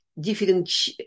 different